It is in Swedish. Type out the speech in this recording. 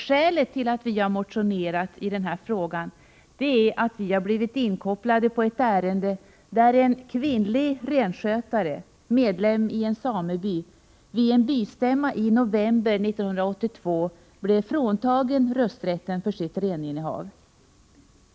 Skälet till att vi har motionerat i denna fråga är att vi blivit inkopplade på ett ärende där en kvinnlig renskötare, medlem i en sameby, vid en bystämma i november 1982 blev fråntagen rösträtten för sitt reninnehav.